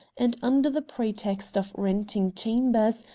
and under the pretext of renting chambers,